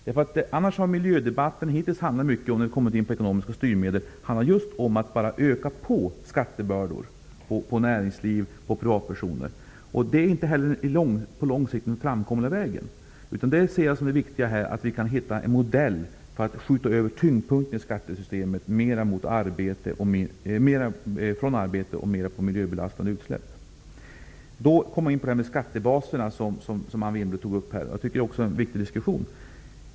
När frågan om ekonomiska styrmedel har tagits upp i miljödebatten har det hittills handlat om att öka på skattebördor för näringsliv och privatpersoner, men det är inte på lång sikt någon framkomlig väg. Jag ser som det viktiga att vi kan hitta en modell för att skjuta över tyngdpunkten i skattesystemet från arbete och mot miljöbelastande utsläpp. Jag kommer då in på frågan om skattebaser, som Anne Wibble tog upp och som också är en viktig diskussion.